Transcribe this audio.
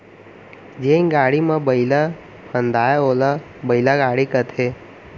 जेन गाड़ी म बइला फंदाये ओला बइला गाड़ी कथें